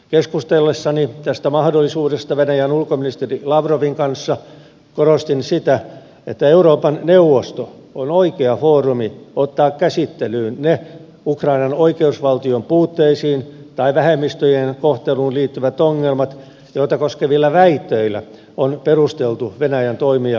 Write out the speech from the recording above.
keskustellessani tästä mahdollisuudesta venäjän ulkoministeri lavrovin kanssa korostin sitä että euroopan neuvosto on oikea foorumi ottaa käsittelyyn ne ukrainan oikeusvaltion puutteisiin tai vähemmistöjen kohteluun liittyvät ongelmat joita koskevilla väitteillä on perusteltu venäjän toimia ukrainaa vastaan